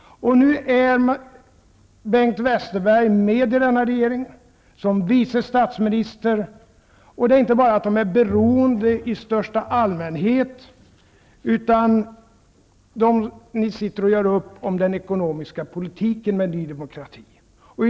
Nu är Bengt Westerberg med i denna regering som vice statsminister. Denna regering är inte beroende bara i största allmänhet av Ny demokrati, utan ni sitter och gör upp med Ny demokrati om den ekonomiska politiken.